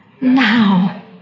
Now